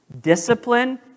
discipline